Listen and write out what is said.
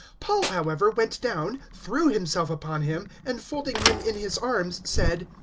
paul, however, went down, threw himself upon him, and folding him in his arms said,